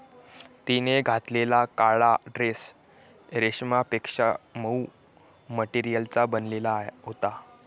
तिने घातलेला काळा ड्रेस रेशमापेक्षा मऊ मटेरियलचा बनलेला होता